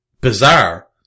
Bizarre